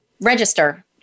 register